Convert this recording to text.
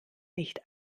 nicht